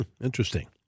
Interesting